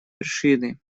вершины